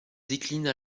décline